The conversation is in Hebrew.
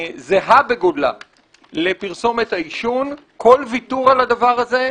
זהה בגודלה לפרסומת לעישון כל ויתור על זה,